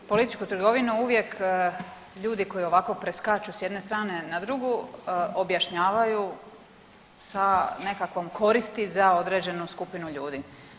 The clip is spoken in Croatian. Političku trgovinu uvijek ljudi koji ovako preskaču s jedne strane na drugu objašnjavaju sa nekakvom koristi za određenu skupinu ljudi.